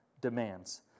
demands